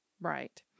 Right